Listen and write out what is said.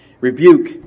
rebuke